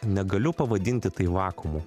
negaliu pavadinti tai vakuumu